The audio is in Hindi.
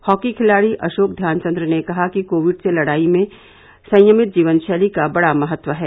हॉकी खिलाड़ी अशोक ध्यानचन्द्र ने कहा कि कोविड से लड़ाई में संयमित जीवन शैली का बड़ा महत्व है